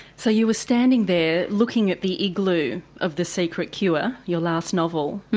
so you were standing there looking at the igloo of the secret cure, your last novel,